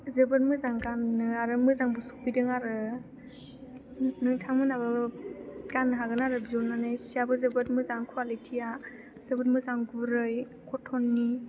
जोबोद मोजां गाननो आरो मोजांबो सफैदों आरो नोंथांमोनहाबो गाननो हागोन आरो बिहरनानै सियाबो जोबोद मोजां क्वालिटिया जोबोद मोजां गुरै कटननि